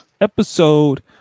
episode